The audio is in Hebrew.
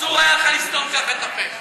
אסור היה לך לסתום כך את הפה.